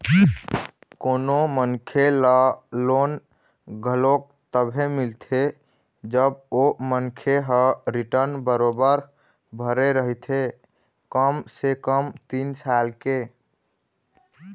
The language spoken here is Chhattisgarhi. कोनो मनखे ल लोन घलोक तभे मिलथे जब ओ मनखे ह रिर्टन बरोबर भरे रहिथे कम से कम तीन साल तक के